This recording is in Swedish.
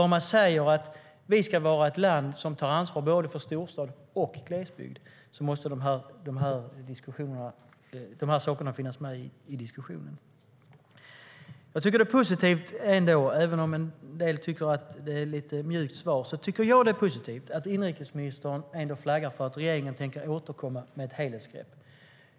Om man säger att vi ska vara ett land som tar ansvar för både storstad och glesbygd måste de här frågorna finnas med i diskussionen. Även om en del tycker att svaret är lite mjukt tycker jag att det är positivt att inrikesministern flaggar för att regeringen tänker återkomma med ett helhetsgrepp.